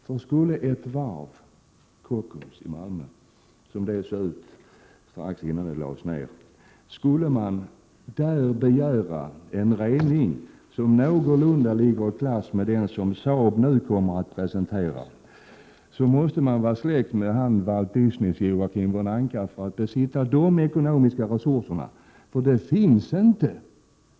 Om man skulle ha begärt en rening — som någorlunda skulle ligga i klass med den som Saab nu kommer att presentera — av Kockums Varv i Malmö, såsom det såg ut strax innan det lades ned, måste man vara släkt med Walt Disney's Joakim von Anka för att besitta de ekonomiska resurserna.